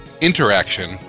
interaction